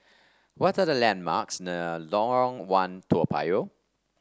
what are the landmarks near Lorong One Toa Payoh